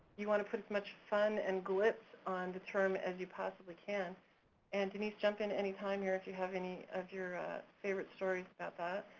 you wanna put as much fun and glitz on the term as you possibly can and denise jump in anytime here if you have any of your favorite stories about that.